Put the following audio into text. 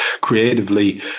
creatively